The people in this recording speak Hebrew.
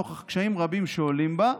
נוכח קשיים רבים שעולים בה.